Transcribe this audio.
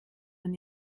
man